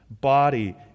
body